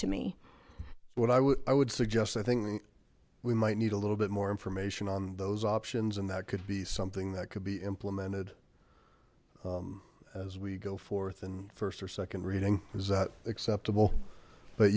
to me what i would i would suggest i think we might need a little bit more information on those options and that could be something that could be implemented as we go forth and first or second reading is acceptable but